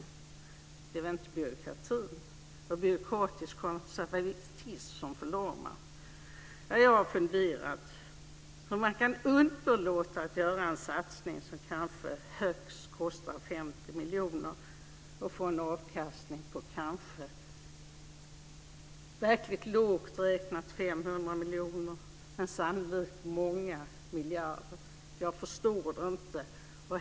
Det är väl inte byråkrati och byråkratisk konservatism som förlamar? Jag har funderat över hur man kan underlåta att göra en satsning som kanske kostar högst 50 miljoner och får en avkastning på verkligt lågt räknat 500 miljoner, men sannolikt många miljarder. Jag förstår det inte.